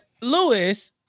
Lewis